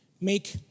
make